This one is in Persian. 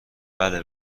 بله